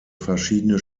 verschiedene